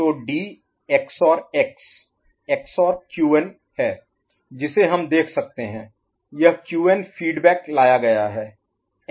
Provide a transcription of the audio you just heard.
तो D XOR - X XOR Qn है जिसे हम देख सकते हैं यह Qn फीडबैक लाया गया है XOR Qn है